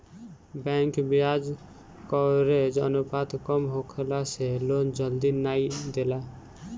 bank बियाज coverage अनुपात कम होखला से लोन जल्दी नाइ देला